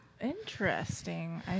Interesting